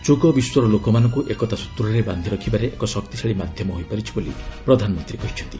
ଯୋଗ ବିଶ୍ୱର ଲୋକମାନଙ୍କୁ ଏକତା ସୂତ୍ରରେ ବାନ୍ଧି ରଖିବାରେ ଏକ ଶକ୍ତିଶାଳୀ ମାଧ୍ୟମ ହୋଇପାରିଛି ବୋଲି ପ୍ରଧାନମନ୍ତ୍ରୀ କହିଛନ୍ତି